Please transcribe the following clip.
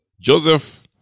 Joseph